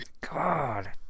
God